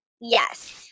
Yes